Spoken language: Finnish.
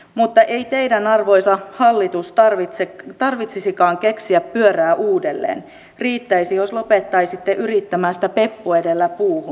mutta ei teidän arvoisa hallitus tarvitsisikaan keksiä pyörää uudelleen riittäisi jos lopettaisitte yrittämästä peppu edellä puuhun